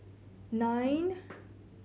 nine